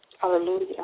hallelujah